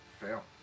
fail